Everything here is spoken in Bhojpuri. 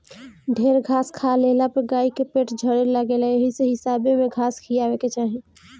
ढेर घास खा लेहला पे गाई के पेट झरे लागेला एही से हिसाबे में घास खियावे के चाही